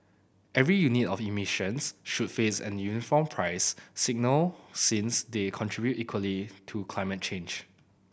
every unit of emissions should face a uniform price signal since they contribute equally to climate change